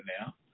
now